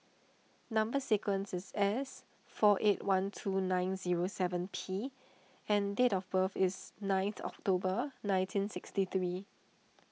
Number Sequence is S four eight one two nine zero seven P and date of birth is ninth October nineteen sixty three